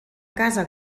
casa